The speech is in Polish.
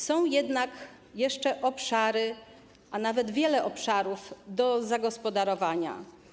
Są jednak jeszcze obszary, a nawet jest wiele obszarów do zagospodarowania.